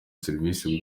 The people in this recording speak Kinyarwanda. serivisi